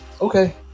Okay